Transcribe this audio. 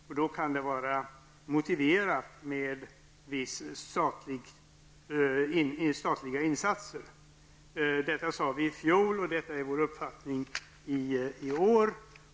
Och då kan det vara motiverat med statliga insatser. Detta sade vi i fjol, och detta är vår uppfattning även i år.